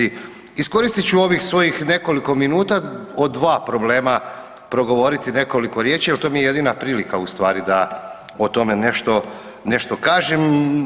Iskoristit ću ovih svojih nekoliko minuta o dva problema progovoriti nekoliko riječi, evo to mi je jedina prilika u stvari da o tome nešto, nešto kažem.